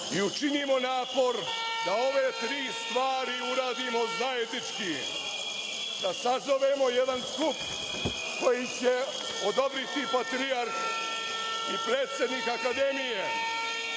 i učinimo napor da ove tri stvari uradimo zajednički, da sazovemo jedan stub koji će odobriti patrijarh i predsednik Akademije,